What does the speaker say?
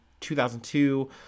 2002